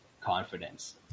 confidence